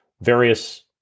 various